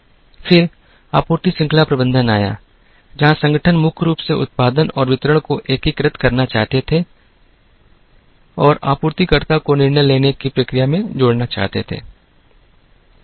फिर आपूर्ति श्रृंखला प्रबंधन आया जहां संगठन मुख्य रूप से उत्पादन और वितरण को एकीकृत करना चाहते थे और आपूर्तिकर्ता को निर्णय लेने की प्रक्रिया में जोड़ना चाहते थे